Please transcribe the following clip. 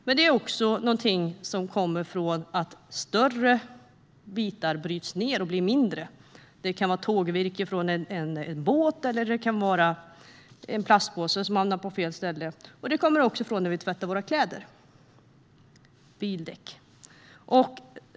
Men det finns också mikroplast som kommer från att större bitar bryts ned och blir mindre. Det kan vara tågvirke från en båt eller en plastpåse som hamnar på fel ställe. Det kommer också från när vi tvättar våra kläder och från bildäck.